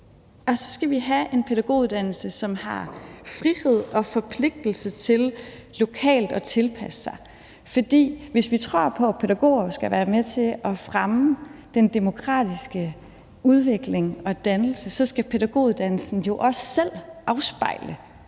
Og så skal vi have en pædagoguddannelse, som har frihed og forpligtelse til lokalt at tilpasse sig, for hvis vi tror på, at pædagoger skal være med til at fremme den demokratiske udvikling og dannelse, så skal pædagoguddannelsen jo også selv afspejle